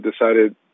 decided